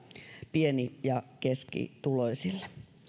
pieni ja keskituloisille